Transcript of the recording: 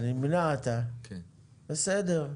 בסדר.